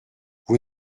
vous